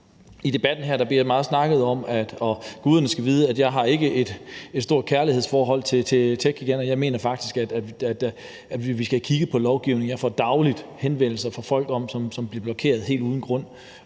frie aftale jo reelt set væk. Guderne skal vide, at jeg ikke har et stort kærlighedsforhold til techgiganterne. Jeg mener faktisk, at vi skal have kigget på lovgivningen. Jeg får dagligt henvendelser fra folk, som bliver blokeret helt uden grund,